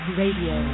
radio